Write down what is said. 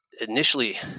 initially